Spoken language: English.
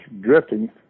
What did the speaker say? drifting